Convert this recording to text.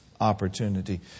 opportunity